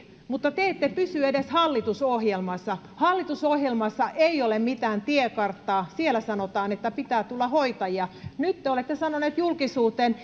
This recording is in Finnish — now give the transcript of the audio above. mutta te ette pysy edes hallitusohjelmassa hallitusohjelmassa ei ole mitään tiekarttaa siellä sanotaan että pitää tulla hoitajia nyt te olette sanoneet julkisuuteen